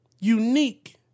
unique